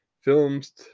Films